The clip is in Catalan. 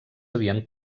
havien